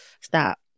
stop